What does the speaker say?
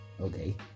okay